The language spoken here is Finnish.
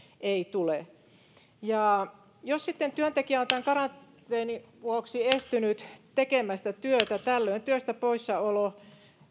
ei tule jos työntekijä on karanteenin vuoksi estynyt tekemästä työtä tällöin työstä poissaolo